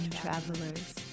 travelers